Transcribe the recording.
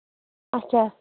اچھا